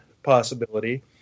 possibility